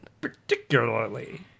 particularly